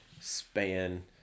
span